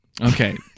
Okay